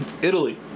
Italy